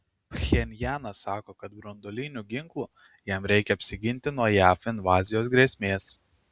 pchenjanas sako kad branduolinių ginklų jam reikia apsiginti nuo jav invazijos grėsmės